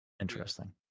interesting